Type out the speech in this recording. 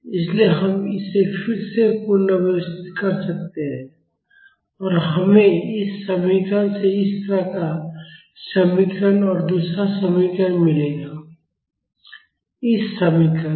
इसलिए हम इसे फिर से पुनर्व्यवस्थित कर सकते हैं और हमें इस समीकरण से इस तरह का समीकरण और दूसरा समीकरण मिलेगा इस समीकरण से